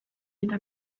eta